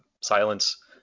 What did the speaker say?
silence